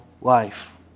life